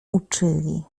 uczyli